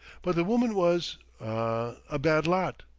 but the woman was ah a bad lot.